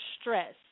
stress